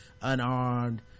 unarmed